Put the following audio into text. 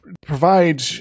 provide